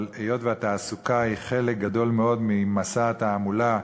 אבל היות שהתעסוקה היא חלק גדול מאוד ממסע התעמולה בארץ,